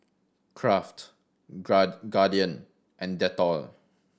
Kraft Guardian and Dettol